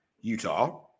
Utah